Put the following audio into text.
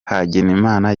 hagenimana